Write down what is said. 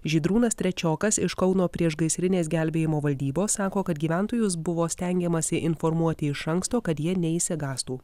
žydrūnas trečiokas iš kauno priešgaisrinės gelbėjimo valdybos sako kad gyventojus buvo stengiamasi informuoti iš anksto kad jie neišsigąstų